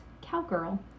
cowgirl